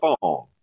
phone